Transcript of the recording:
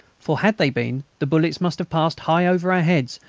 for had they been the bullets must have passed high over our heads,